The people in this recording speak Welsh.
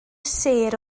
sêr